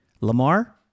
Lamar